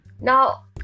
now